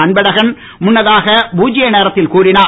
அன்பழகன் முன்னதாக பூத்ய நேரத்தில் கூறினார்